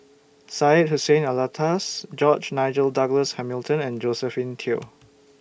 Syed Hussein Alatas George Nigel Douglas Hamilton and Josephine Teo